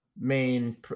main